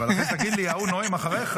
אבל אחרי זה תגיד לי שההוא נואם אחריך,